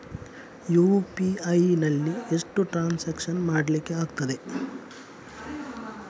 UPI ನಲ್ಲಿ ಎಷ್ಟು transaction ಮಾಡ್ಲಿಕ್ಕೆ ಆಗ್ತದೆ?